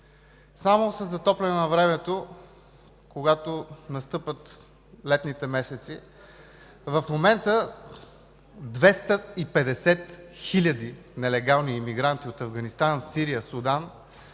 Само със затопляне на времето, когато настъпват летните месеци – в момента 250 хиляди нелегални емигранти от Афганистан, Сирия, Судан